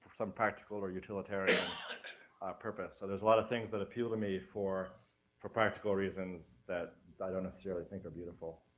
from practical practical or utilitarian purpose, so there's a lot of things that appeal to me for for practical reasons that i don't necessarily think are beautiful.